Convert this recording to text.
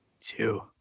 Two